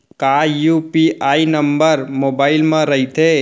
का UPI number mobile म रहिथे?